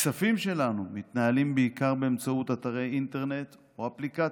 הכספים שלנו מתנהלים בעיקר באמצעות אתרי אינטרנט או אפליקציות.